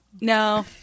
No